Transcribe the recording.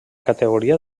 categoria